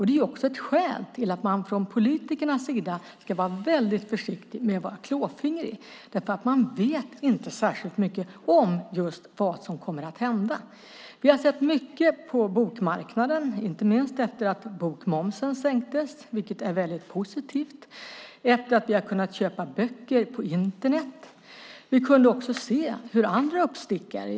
Det är också ett skäl till att man från politikernas sida ska vara väldigt försiktig med att vara klåfingrig, för man vet inte särskilt mycket om vad som kommer att hända. Vi har sett mycket på bokmarknaden, inte minst efter att bokmomsen sänktes, vilket är väldigt positivt, och efter att vi har börjat kunna köpa böcker på Internet. Vi kunde också se andra uppstickare på förlagsmarknaden.